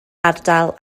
ardal